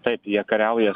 taip jie kariauja